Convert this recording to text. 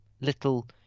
little